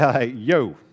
Yo